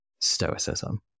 stoicism